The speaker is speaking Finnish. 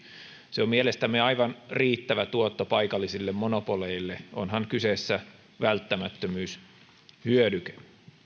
se on mielestämme aivan riittävä tuotto paikallisille monopoleille onhan kyseessä välttämättömyyshyödyke